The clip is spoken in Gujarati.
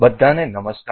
બધા ને નમસ્કાર